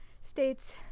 states